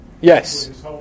Yes